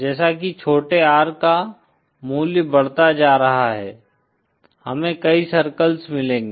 जैसा कि छोटे R का मूल्य बढ़ता जा रहा है हमें कई सर्कल्स मिलेंगे